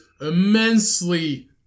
immensely